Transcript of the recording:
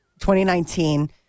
2019